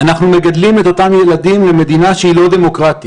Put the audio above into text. אנחנו מגדלים את אותם ילדים למדינה שהיא לא דמוקרטית,